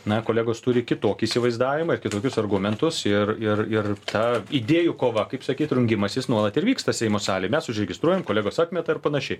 na kolegos turi kitokį įsivaizdavimą ir kitokius argumentus ir ir ir ta idėjų kova kaip sakyt rungimasis nuolat ir vyksta seimo salėj mes užregistruojam kolegos atmeta ir panašiai